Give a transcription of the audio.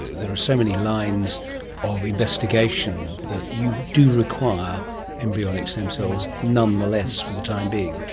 there are so many lines of investigation that you do require embryonic stem cells nonetheless for the time being.